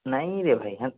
ନାଇଁରେ ଭାଇ ହେନ୍ତା